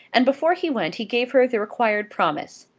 and before he went he gave her the required promise.